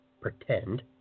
pretend